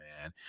man